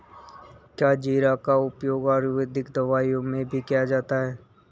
क्या जीरा का उपयोग आयुर्वेदिक दवाओं में भी किया जाता है?